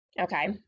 Okay